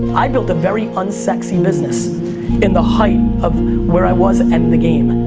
i built a very unsexy business in the height of where i was and the game.